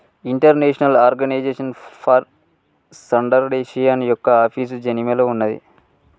international organisation for standardisation యొక్క office జెనీవాలో ఉన్నాది